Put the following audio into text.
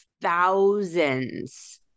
thousands